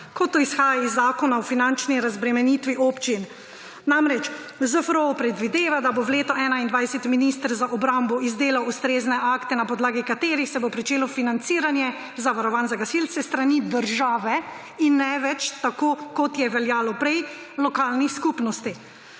kot to izhaja iz Zakona o finančni razbremenitvi občin. ZFRO namreč predvideva, da bo v letu 2021 minister za obrambo izdelal ustrezne akte, na podlagi katerih se bo pričelo financiranje zavarovanj za gasilce s strani države, in ne več, tako kot je veljalo prej, lokalnih skupnosti.